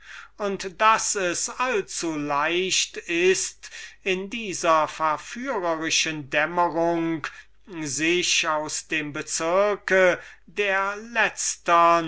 und daß es allzuleicht ist in dieser verführischen dämmerung sich aus dem bezirk der letztern